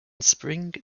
spring